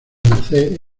merced